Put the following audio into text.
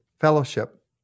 fellowship